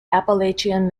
appalachian